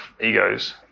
egos